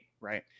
right